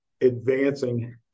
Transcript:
advancing